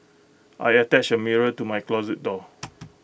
I attached A mirror to my closet door